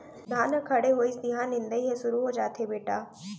धान ह खड़े होइस तिहॉं निंदई ह सुरू हो जाथे बेटा